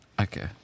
Okay